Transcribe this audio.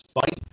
fight